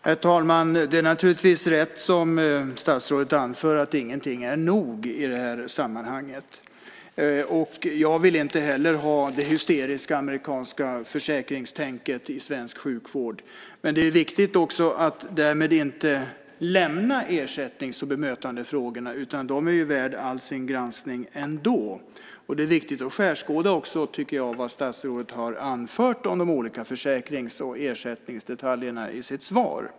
Herr talman! Det är naturligtvis rätt som statsrådet anför att ingenting är nog i det här sammanhanget. Jag vill inte heller ha det hysteriska amerikanska försäkringstänket i svensk sjukvård. Men det är viktigt att inte därmed lämna ersättnings och bemötandefrågorna. De är värda all granskning ändå. Det är viktigt att skärskåda vad statsrådet har anfört om de olika försäkrings och ersättningsdetaljerna i sitt svar.